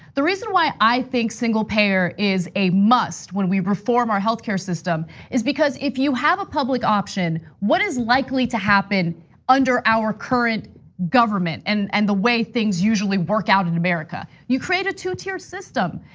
the reason why i think single-payer is a must when we reform our healthcare system is because, if you have a public option, what is likely to happen under our current government and and the way things usually work out in america, you create a two-tier system.